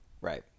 Right